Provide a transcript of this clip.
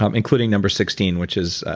um including number sixteen, which is